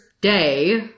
day